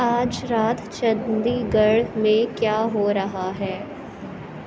آج رات چندی گڑھ میں کیا ہو رہا ہے